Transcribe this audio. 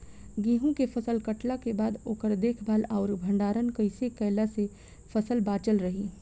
गेंहू के फसल कटला के बाद ओकर देखभाल आउर भंडारण कइसे कैला से फसल बाचल रही?